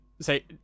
say